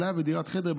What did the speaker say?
הוא היה בדירת חדר,